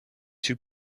two